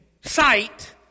sight